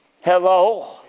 Hello